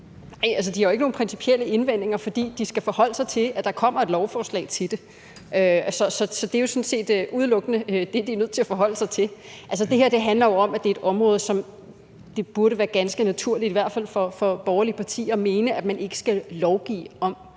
(NB): De har jo ikke nogen principielle indvendinger, for de skal forholde sig til, at der kommer et lovforslag om det. Så det er sådan set udelukkende det, de er nødt til at forholde sig til. Altså, det her handler jo om, at det er et område, som det burde være ganske naturligt, i hvert fald for borgerlige partier, at mene man ikke skal lovgive om.